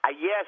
yes